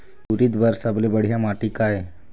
उरीद बर सबले बढ़िया माटी का ये?